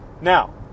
Now